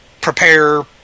prepare